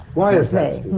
why is that,